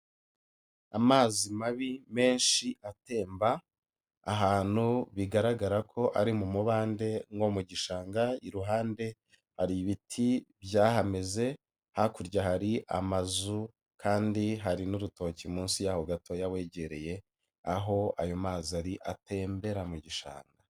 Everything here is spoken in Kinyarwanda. Amazi mabi menshi atemba ahantu bigaragara ko ari mu mubande nko mu gishanga, iruhande hari ibiti byahameze, hakurya hari amazu kandi hari n'urutoki munsi yaho gatoya wegereye aho ayo mazi ari, atembera mu gishanga.